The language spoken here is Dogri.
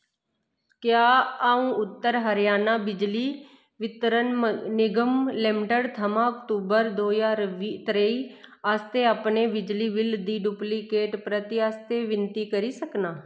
क्या अ'ऊं उत्तर हरियाणा बिजली वितरण निगम लिमिटड थमां अक्तूबर दो ज्हार त्रेई आस्तै अपने बिजली बिल दी डुप्लीकेट प्रति आस्तै विनती करी सकनां